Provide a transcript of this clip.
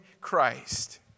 Christ